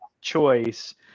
choice